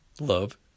love